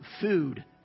food